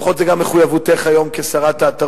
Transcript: לפחות זו גם מחויבותך, כיום, כשרת התרבות.